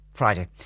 Friday